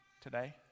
today